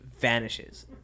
vanishes